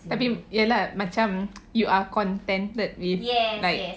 tapi ya lah macam you are contented with like